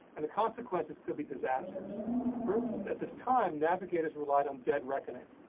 and the consequences could be disastrous or that that this time navigators relied on dead reckoning.